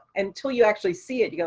until you actually see it, you know